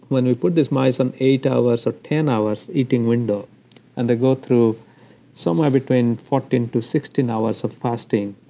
when we put these mice on eight hours or ten hours eating window and they go through somewhere between fourteen to sixteen hours of fasting,